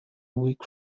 weak